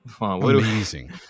Amazing